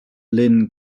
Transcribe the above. lynne